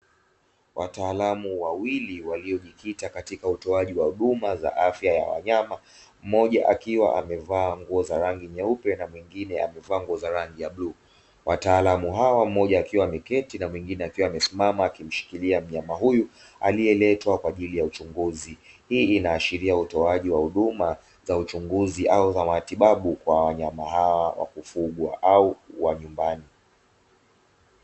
Wataalamu wawili, waliojikita katika utoaji wa huduma za afya ya wanyama, mmoja akiwa amevaa nguo za rangi nyeupe na mwingine amevaa nguo za rangi ya bluu. Wataalamu hawa, mmoja akiwa ameketi na mwingine akiwa amesimama, akimshikilia mnyama huyu aliyeletwa kwa ajili ya uchunguzi. Hii inaashiria utoaji wa huduma za uchunguzi au za matibabu kwa wanyama hawa wa kufugwa au wa nyumbani.